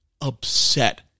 upset